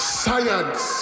science